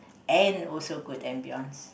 and also good ambience